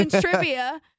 trivia